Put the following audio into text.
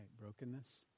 brokenness